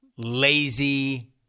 Lazy